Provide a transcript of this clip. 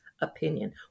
opinion